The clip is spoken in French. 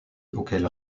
auquel